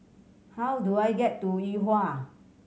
how do I get to Yuhua